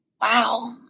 wow